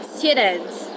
Students